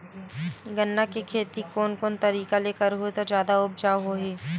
गन्ना के खेती कोन कोन तरीका ले करहु त जादा उपजाऊ होही?